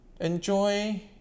enjoy